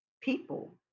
people